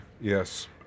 Yes